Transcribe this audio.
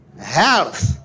health